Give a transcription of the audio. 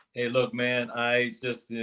hey, look, man, i just,